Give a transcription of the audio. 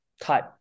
type